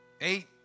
Eight